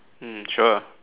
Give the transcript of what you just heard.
mm sure